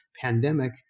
pandemic